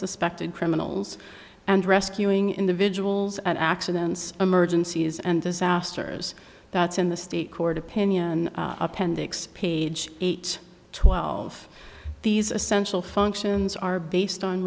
suspected criminals and rescuing individuals and accidents emergencies and disasters that's in the state court opinion appendix page eight twelve these essential functions are based on